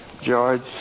George